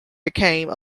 became